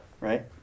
Right